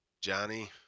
Johnny